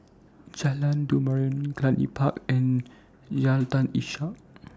Jalan Derum Cluny Park and Jalan Ishak